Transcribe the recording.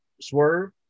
swerve